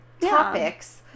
topics